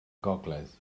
gogledd